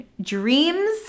dreams